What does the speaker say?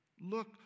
Look